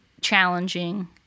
challenging